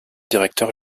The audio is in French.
directeur